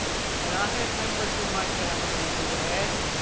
and i had members in my family who had